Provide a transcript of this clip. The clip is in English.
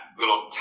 little